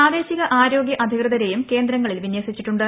പ്രാദേശിക ആരോഗ്യ അധികൃതരെയും കേന്ദ്രങ്ങളിൽ വിന്യസിച്ചിട്ടുണ്ട്